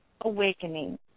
awakening